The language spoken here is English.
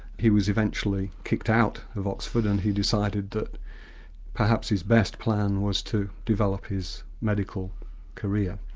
he was eventually kicked out of oxford and he decided that perhaps his best plan was to develop his medical career,